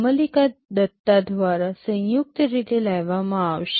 કમલિકા દત્તા દ્વારા સંયુક્ત રીતે લેવામાં આવશે